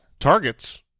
targets